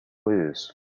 lose